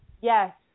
Yes